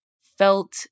felt